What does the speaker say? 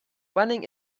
running